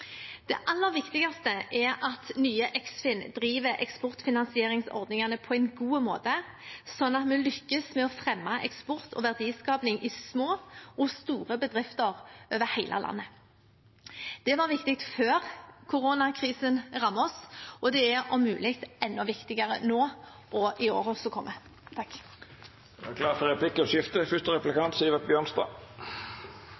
Det aller viktigste er at nye Eksfin driver eksportfinansieringsordningene på en god måte, sånn at vi lykkes med å fremme eksport og verdiskaping i små og store bedrifter over hele landet. Det var viktig før koronakrisen rammet oss, og det er om mulig enda viktigere nå og i årene som kommer. Det vert replikkordskifte. Nærings- og fiskeridepartementet er